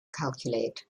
calculate